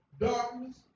darkness